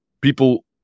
people